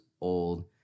old